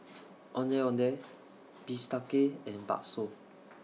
Ondeh Ondeh Bistake and Bakso